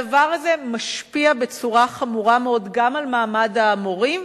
הדבר הזה משפיע בצורה חמורה מאוד גם על מעמד המורים,